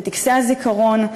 בטקסי הזיכרון,